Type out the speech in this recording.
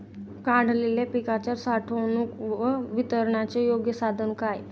काढलेल्या पिकाच्या साठवणूक व वितरणाचे योग्य साधन काय?